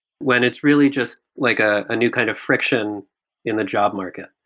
when it's really just like a new kind of friction in the job market.